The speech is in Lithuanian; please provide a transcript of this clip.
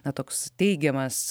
na toks teigiamas